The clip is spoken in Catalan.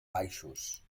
baixos